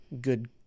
good